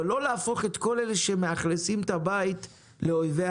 אבל לא להפוך את כל אלה שמאכלסים את הבית לאויבי